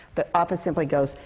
the office simply goes,